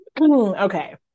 okay